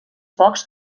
pocs